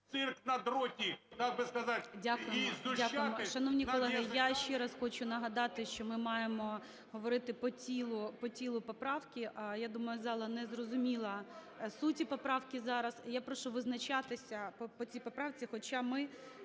Дякуємо… Шановні колеги, я ще раз хочу нагадати, що ми маємо говорити по тілу поправки, а, я думаю, зала не зрозуміла суті поправки зараз. Я прошу визначатися по цій поправці, хоча ми,